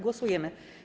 Głosujemy.